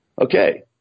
okay